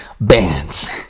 Bands